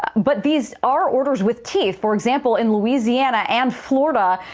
but these are orders with t for example in louisiana and florida.